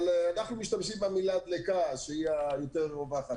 אנחנו משתמשים במילה דלקה, שהיא יותר רווחת.